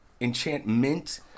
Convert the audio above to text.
enchantment